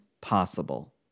possible